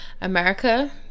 America